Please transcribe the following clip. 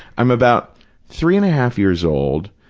i'm about three and a half years old.